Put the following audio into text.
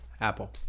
apple